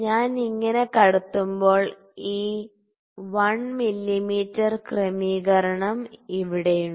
ഞാൻ ഇങ്ങനെ കടത്തുമ്പോൾ ഈ 1 മില്ലീമീറ്റർ ക്രമീകരണം ഇവിടെയുണ്ട്